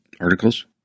articles